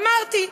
אמרתי.